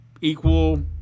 equal